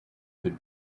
could